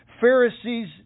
Pharisees